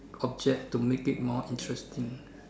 object to make it more interesting